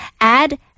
add